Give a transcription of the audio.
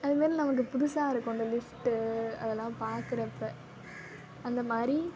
அது மாதிரி நமக்கு புதுசாக அதை கொண்டு வந்து லிஃப்ட்டு அதெல்லாம் பார்க்குறப்ப அந்த மாதிரி